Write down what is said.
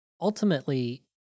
ultimately